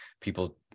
people